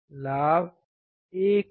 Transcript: लाभ 1 है